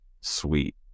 sweet